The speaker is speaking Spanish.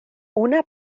una